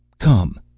come.